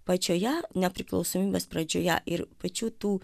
pačioje nepriklausomybės pradžioje ir pačių tų